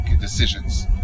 decisions